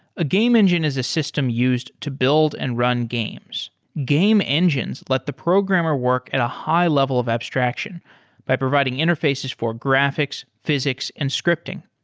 a game engine is a system used to build and run games. game engines let the programmer work at a high-level of abstraction by providing interfaces for graphics, physics and scripting.